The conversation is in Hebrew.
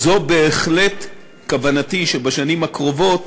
זו בהחלט כוונתי, שבשנים הקרובות